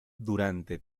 durante